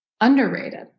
Underrated